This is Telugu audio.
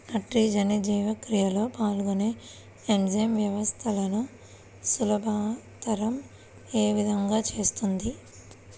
నత్రజని జీవక్రియలో పాల్గొనే ఎంజైమ్ వ్యవస్థలను సులభతరం ఏ విధముగా చేస్తుంది?